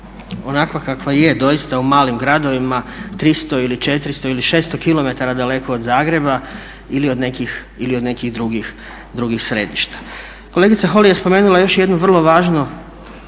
onakva kakva je doista u malim gradovima 300 ili 400 ili 600km daleko od Zagreba ili od nekih drugih središta. Kolegica Holy je spomenula još jednu vrlo važnu